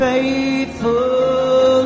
Faithful